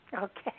Okay